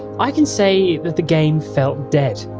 i can say that the game felt dead.